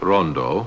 Rondo